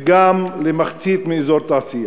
וגם למחצית מאזור תעשייה.